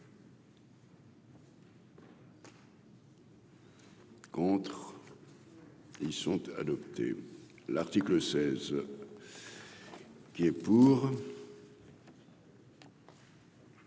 Contre. Ils sont adoptés, l'article 16. Qui est pour,